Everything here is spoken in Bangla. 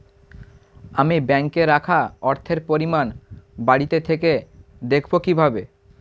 আমি ব্যাঙ্কে রাখা অর্থের পরিমাণ বাড়িতে থেকে দেখব কীভাবে?